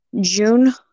June